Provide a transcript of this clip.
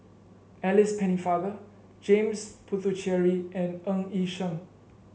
Alice Pennefather James Puthucheary and Ng Yi Sheng